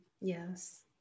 yes